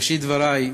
בראשית דברי,